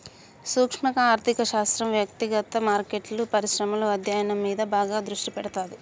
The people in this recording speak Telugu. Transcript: సూక్శ్మ ఆర్థిక శాస్త్రం వ్యక్తిగత మార్కెట్లు, పరిశ్రమల అధ్యయనం మీద బాగా దృష్టి పెడతాది